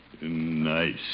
Nice